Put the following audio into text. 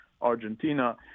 Argentina